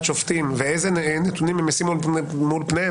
שופטים ואיזה נתונים הם ישימו מול פניהם,